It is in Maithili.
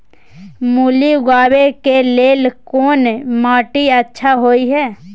मूली उगाबै के लेल कोन माटी अच्छा होय है?